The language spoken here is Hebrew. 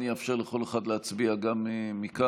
אני אאפשר לכל אחד להצביע גם מכאן,